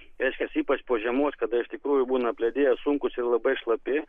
reiškias ypač po žiemos kada iš tikrųjų būna apledėję sunkūs labai šlapi